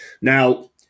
Now